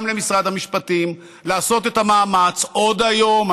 למשרד המשפטים לעשות את המאמץ עוד היום,